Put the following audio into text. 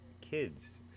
kids